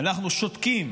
אנחנו שותקים